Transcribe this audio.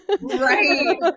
right